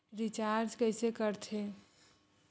Recharge कइसे कर थे?